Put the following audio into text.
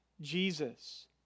Jesus